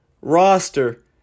roster